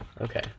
Okay